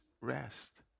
rest